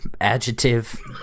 adjective